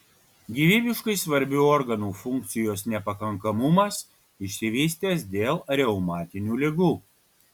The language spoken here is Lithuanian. gyvybiškai svarbių organų funkcijos nepakankamumas išsivystęs dėl reumatinių ligų